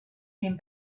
came